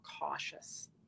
cautious